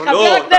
לא.